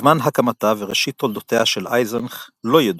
זמן הקמתה וראשית תולדותיה של אייזנך לא ידועים.